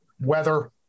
weather